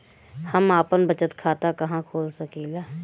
हम आपन बचत खाता कहा खोल सकीला?